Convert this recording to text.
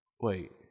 Wait